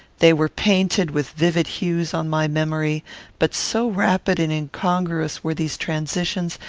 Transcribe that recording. they were painted with vivid hues on my memory but so rapid and incongruous were these transitions,